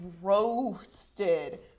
roasted